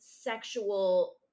sexual